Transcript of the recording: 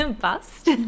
bust